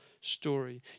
story